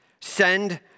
send